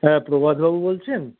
হ্যাঁ প্রভাত বাবু বলছেন